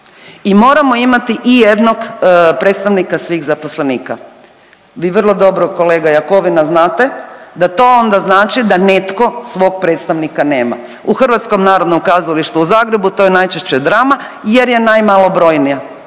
i moramo imati i jednog predstavnika svih zaposlenika. Vi vrlo dobro, kolega Jakovina, znate, da to onda znači da netko svog predstavnika nema. U HNK u Zagrebu to je najčešće drama jer je najmalobrojnija